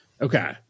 Okay